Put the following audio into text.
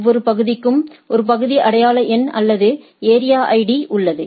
ஒவ்வொரு பகுதிக்கும் ஒரு பகுதி அடையாள எண் அல்லது ஏரியா ஐடி உள்ளது